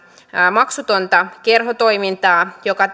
maksutonta kerhotoimintaa joka